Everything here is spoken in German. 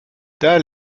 der